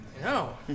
No